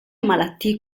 malattie